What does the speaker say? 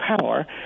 power